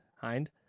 hind